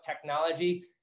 technology